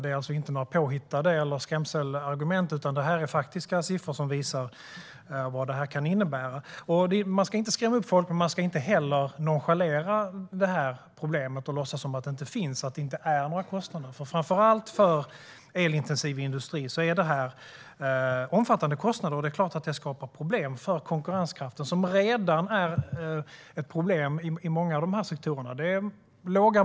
De är inte påhittade och inte heller några skrämselargument, utan detta är faktiska siffror som visar vad det här kan innebära. Man ska inte skrämma upp folk, men man ska heller inte nonchalera problemet och låtsas som att det inte finns eller att det inte innebär några kostnader. Framför allt för elintensiv industri handlar det om omfattande kostnader. Det skapar såklart problem för konkurrenskraften, som redan är ett problem i många av dessa sektorer.